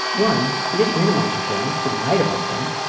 one, he didn't minimize your feelings. he lied about them.